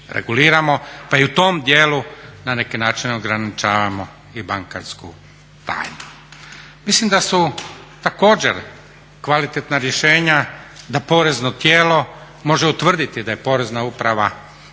pa i u tom dijelu na neki način ograničavamo i bankarsku tajnu. Mislim da su također kvalitetna rješenja da porezno tijelo može utvrditi da je Porezna uprava,